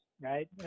right